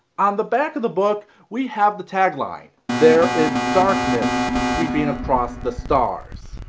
on the back of the book we have the tagline there is darkness sweeping across the stars.